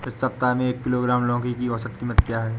इस सप्ताह में एक किलोग्राम लौकी की औसत कीमत क्या है?